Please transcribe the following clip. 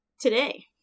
today